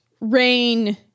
rain